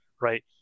Right